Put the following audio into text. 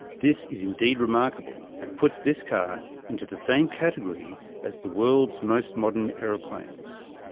this is indeed remarkable, and puts this car into the same category as the world's most modern aeroplanes.